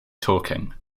talking